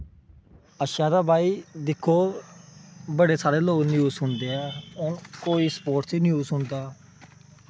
अच्छा तां भई दिक्खो बड़े सारे लोग न्यूज़ सुनदे आ कोई स्पोर्टस दी न्यूज़ सुनदा